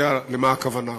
יודע למה הכוונה.